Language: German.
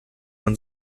man